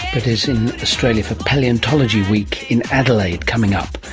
but is in australia for palaeontology week in adelaide coming up,